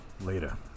Later